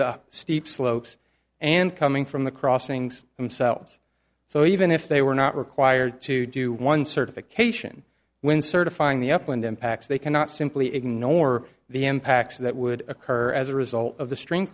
the steep slopes and coming from the crossings themselves so even if they were not required to do one certification when certifying the upland impacts they cannot simply ignore the impacts that would occur as a result of the string